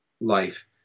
life